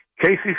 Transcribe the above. Casey